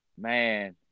Man